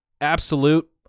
absolute